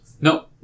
No